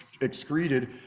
excreted